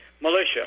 militia